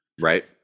Right